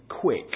quick